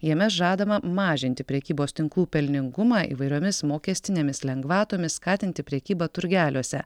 jame žadama mažinti prekybos tinklų pelningumą įvairiomis mokestinėmis lengvatomis skatinti prekybą turgeliuose